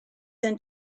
than